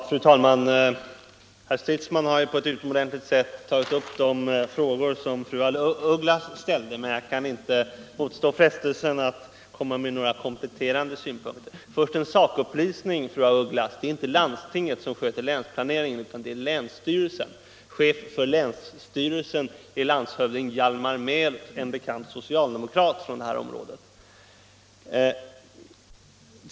Fru talman! Herr Stridsman har här på ett utomordentligt sätt svarat på de frågor som fru af Ugglas ställde, men jag kan inte motstå frestelsen att här anföra några kompletterande synpunkter. Först en sakupplysning, fru af Ugglas. Det är inte landstinget som sköter länsplaneringen, utan det är länsstyrelsen som gör det. Och chef för länsstyrelsen är landshövding Hjalmar Mehr, en bekant socialdemokrat i detta område.